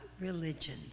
religion